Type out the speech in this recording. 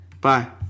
Bye